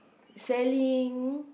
selling